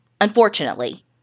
unfortunately